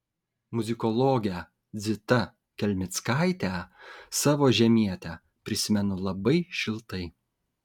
muzikologę zita kelmickaitę savo žemietę prisimenu labai šiltai